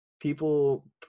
people